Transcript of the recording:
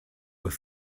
were